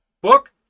book